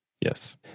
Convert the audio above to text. Yes